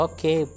Okay